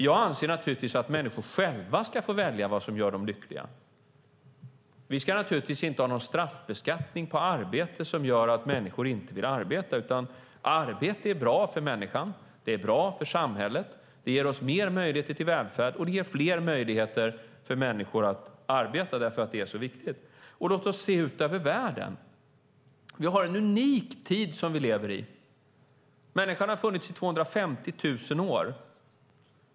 Jag anser naturligtvis att människor själva ska få välja vad som gör dem lyckliga. Vi ska naturligtvis inte ha någon straffbeskattning på arbete som gör att människor inte vill arbeta. Arbete är bra för människan. Det är bra för samhället. Det ger oss mer möjligheter till välfärd. Det ger också möjlighet för fler människor att arbeta därför att det är så viktigt. Låt oss se ut över världen. Vi lever i en unik tid. Människan har funnits i 250 000 år.